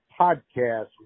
podcast